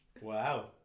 Wow